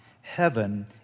Heaven